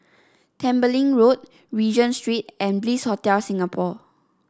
Tembeling Road Regent Street and Bliss Hotel Singapore